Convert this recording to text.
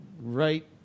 right